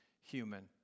human